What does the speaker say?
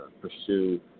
pursue